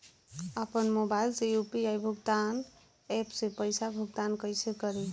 आपन मोबाइल से यू.पी.आई भुगतान ऐपसे पईसा भुगतान कइसे करि?